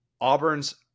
Auburn's